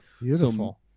Beautiful